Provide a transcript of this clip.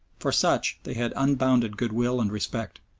for such they had unbounded goodwill and respect,